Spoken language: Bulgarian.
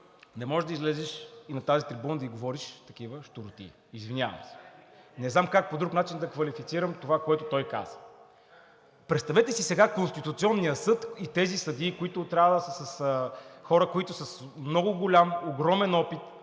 Не можеш и на тази трибуна да говориш такива щуротии. Извинявам се! Не знам как по друг начин да квалифицирам това, което той каза! Представете си сега – Конституционният съд и тези съдии, които трябва да са хора с много голям, огромен опит